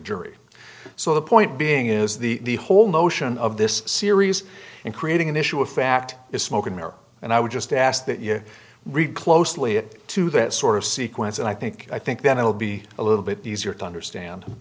jury so the point being is the whole notion of this series and creating an issue of fact is smoking merit and i would just ask that you read closely to that sort of sequence and i think i think then it will be a little bit easier to understand